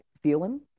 feeling